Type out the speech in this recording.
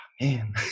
man